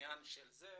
בעניין הזה,